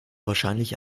wahrscheinlich